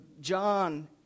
John